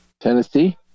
Tennessee